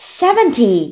seventy